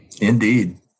Indeed